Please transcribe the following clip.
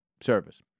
service